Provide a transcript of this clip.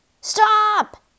Stop